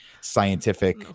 scientific